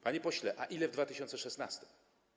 Panie pośle, a ile w 2016?